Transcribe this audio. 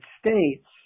States